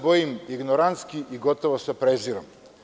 Bojim se ignorantski i gotovo sa prezirom.